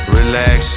relax